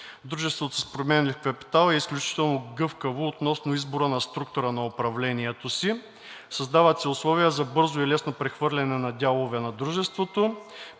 Дружеството с променлив капитал е изключително гъвкаво относно избора на структура на управлението си. Създават се условия за бързо и лесно прехвърляне на дялове на дружеството.